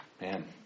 Man